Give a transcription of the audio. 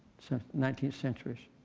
nineteenth centuries.